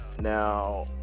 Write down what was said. Now